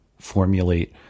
formulate